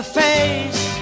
face